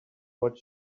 what